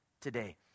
today